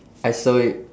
I saw it